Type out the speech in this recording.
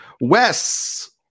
Wes